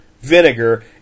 vinegar